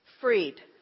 Freed